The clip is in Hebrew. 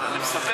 אבל אני מספר